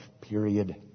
period